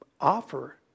offer